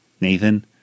nathan